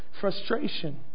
frustration